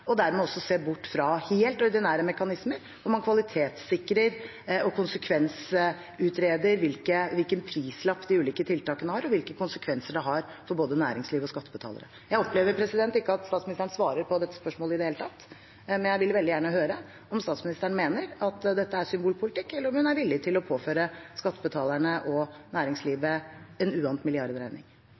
og dermed også se bort fra helt ordinære mekanismer hvor man kvalitetssikrer og konsekvensutreder hvilken prislapp de ulike tiltakene har, og hvilke konsekvenser det har for både næringsliv og skattebetalere? Jeg opplever ikke at statsministeren svarer på dette spørsmålet i det hele tatt. Jeg vil veldig gjerne høre om statsministeren mener at dette er symbolpolitikk, eller om hun er villig til å påføre skattebetalerne og næringslivet en uant milliardregning.